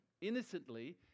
innocently